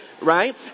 right